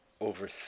over